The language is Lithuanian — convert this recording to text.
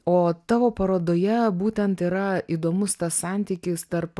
o tavo parodoje būtent yra įdomus tas santykis tarp